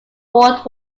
world